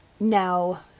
Now